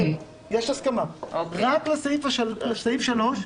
רק לסעיף (3)